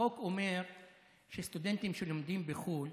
החוק אומר שסטודנטים שלומדים בחו"ל,